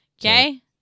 Okay